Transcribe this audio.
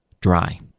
dry